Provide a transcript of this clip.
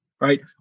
right